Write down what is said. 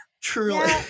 Truly